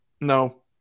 no